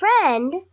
friend